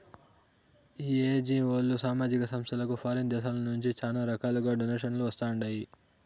ఈ ఎన్జీఓలు, సామాజిక సంస్థలకు ఫారిన్ దేశాల నుంచి శానా రకాలుగా డొనేషన్లు వస్తండాయి